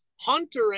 Hunter